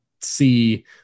see